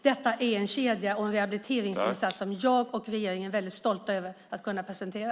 Detta är en kedja och en rehabiliteringsinsats som jag och regeringen är mycket stolta över att kunna presentera.